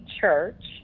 Church